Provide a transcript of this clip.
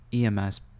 EMS